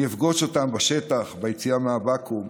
אני אפגוש אותם בשטח, ביציאה מהבקו"ם,